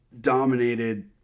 dominated